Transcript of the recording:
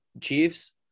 Chiefs